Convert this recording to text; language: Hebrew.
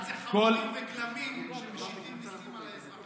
אחד זה חמורים וגלמים שמשיתים מיסים על האזרחים.